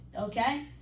Okay